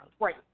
Right